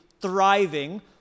thriving